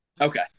Okay